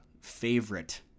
favorite